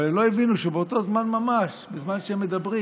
אבל הם לא הבינו שבאותו זמן ממש, בזמן שהם מדברים